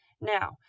Now